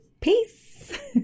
Peace